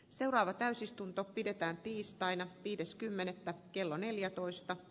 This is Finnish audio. seuraava täysistunto pidetään tiistaina viides kymmenettä kello neljätoista